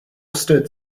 stood